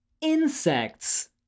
insects